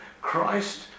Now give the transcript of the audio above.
Christ